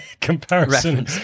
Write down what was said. comparison